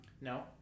No